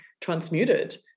transmuted